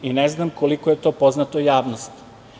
Ne znam koliko je to poznato javnosti.